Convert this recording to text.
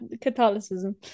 Catholicism